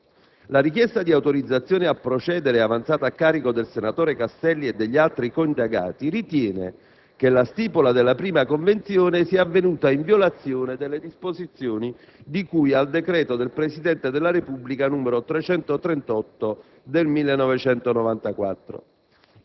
Brain*. La richiesta di autorizzazione a procedere avanzata a carico del senatore Castelli e degli altri coindagati ritiene che la stipula della prima convenzione sia avvenuta in violazione delle disposizioni di cui al decreto del Presidente della Repubblica n. 338